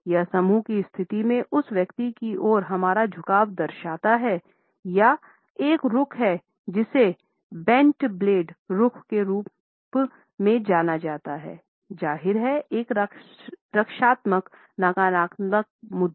यह समूह की स्थिति में उस व्यक्ति की ओर हमारा झुकाव दर्शाता है यह एक रुख है जिसे बेंट ब्लेड रुख के रूप में भी जाना जाता है जाहिर है एक रक्षात्मक नकारात्मक मुद्रा